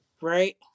Right